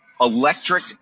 electric